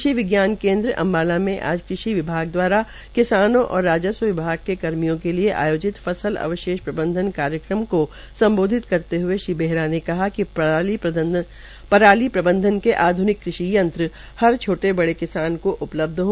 कृषि विज्ञान केनद्र अम्बाला में आज कृषि विभाग द्वारा किसानों और राजस्व विभाग के कर्मियों के लिये आयोजित फसल अवशेष प्रबंधन कार्यक्रम को सम्बोधित करते हुए श्री बेहरा ने कहा कि पराली प्रबंधन के आध्निक कृषि यंत्र हर छोटे बड़े किसान को उपलब्ध है